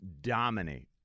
dominate